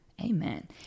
Amen